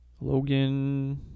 Logan